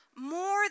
more